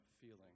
feeling